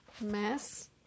mess